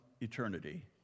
eternity